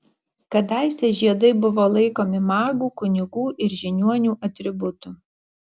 kadaise žiedai buvo laikomi magų kunigų ir žiniuonių atributu